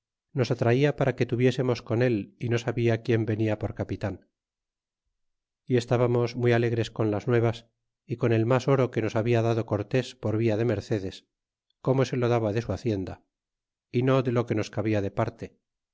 nos atraia para que tuviésemos con él y no sabia quien venia por capitan y estábamos muy alegres con las nuevas y con el mas oro que nos habla dado cortés por via de mercedes como que lo daba de su hacienda y no de lo que nos cabia de parte